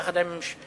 יחד עם הממשלה,